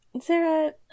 Sarah